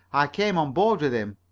i came on board with him.